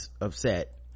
upset